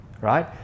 right